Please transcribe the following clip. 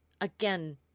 again